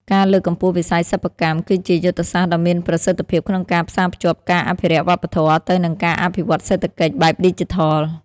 ការលើកកម្ពស់វិស័យសិប្បកម្ម គឺជាយុទ្ធសាស្ត្រដ៏មានប្រសិទ្ធភាពក្នុងការផ្សារភ្ជាប់ការអភិរក្សវប្បធម៌ ទៅនឹងការអភិវឌ្ឍសេដ្ឋកិច្ចបែបឌីជីថល។